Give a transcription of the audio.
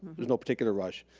there's no particular rush.